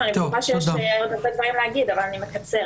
יש לי עוד הרבה דברים להגיד אבל אני מקצרת.